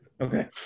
Okay